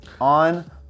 on